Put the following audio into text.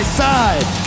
side